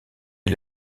est